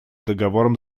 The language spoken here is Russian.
договором